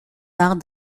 arts